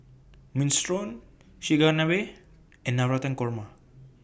Minestrone Chigenabe and Navratan Korma